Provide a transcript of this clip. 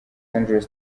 angeles